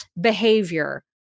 behavior